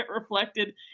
reflected